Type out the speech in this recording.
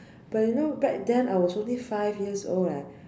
but you know back then I was only five years old leh